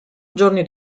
giorni